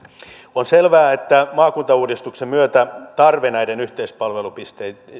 on selvää että maakuntauudistuksen myötä tarve näille yhteispalvelupisteille